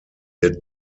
did